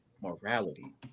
morality